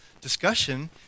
discussion